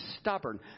stubborn